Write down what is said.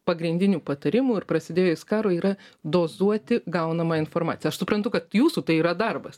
pagrindinių patarimų ir prasidėjus karui yra dozuoti gaunamą informaciją aš suprantu kad jūsų tai yra darbas